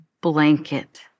blanket